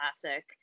Classic